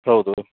ಹೌದು